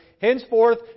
Henceforth